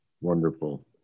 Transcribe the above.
Wonderful